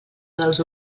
dels